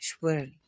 World